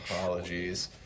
apologies